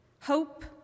Hope